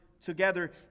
together